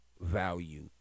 value